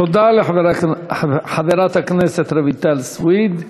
תודה לחברת הכנסת רויטל סויד.